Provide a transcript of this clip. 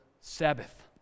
Sabbath